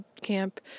camp